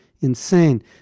insane